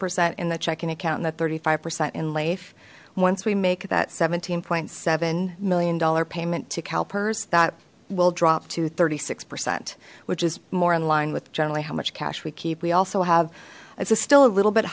percent in the checking account in the thirty five percent in life once we make that seventeen point seven million dollar payment to calpers that will drop to thirty six percent which is more in line with generally how much cash we keep we also have it's is still a little bit